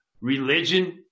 religion